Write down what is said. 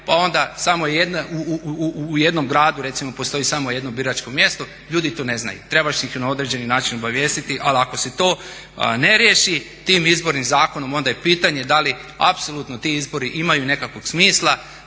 je jedna, u jednom gradu recimo postoji samo jedno biračko mjesto. Ljudi to ne znaju. Trebaš ih na određeni način obavijestiti, ali ako se to ne riješi tim izbornim zakonom onda je pitanje da li apsolutno ti izbori imaju nekakvog smisla,